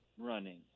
running